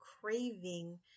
craving